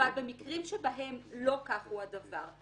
אבל במקרים שבהם לא כך הוא הדבר,